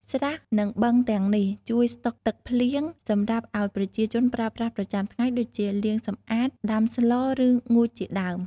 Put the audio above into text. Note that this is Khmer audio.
ស្រះ និងបឹងទាំងនេះជួយស្តុកទឹកភ្លៀងសម្រាប់ឱ្យប្រជាជនប្រើប្រាស់ប្រចាំថ្ងៃ ដូចជាលាងសម្អាត ដាំស្ល ឬ ងូតជាដើម។